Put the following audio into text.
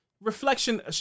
Reflection